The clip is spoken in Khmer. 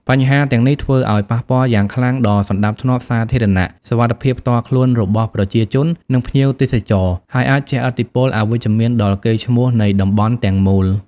បញ្ហាទាំងនេះធ្វើឲ្យ ប៉ះពាល់យ៉ាងខ្លាំងដល់សណ្តាប់ធ្នាប់សាធារណៈ សុវត្ថិភាពផ្ទាល់ខ្លួនរបស់ប្រជាជន និងភ្ញៀវទេសចរ ហើយអាចជះឥទ្ធិពលអវិជ្ជមានដល់កេរ្តិ៍ឈ្មោះនៃតំបន់ទាំងមូល។